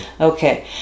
Okay